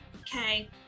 Okay